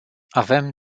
avem